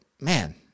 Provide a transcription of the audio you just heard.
man